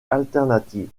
alternative